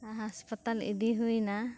ᱦᱟᱸᱥᱯᱟᱛᱟᱞ ᱤᱫᱤ ᱦᱳᱭᱮᱱᱟ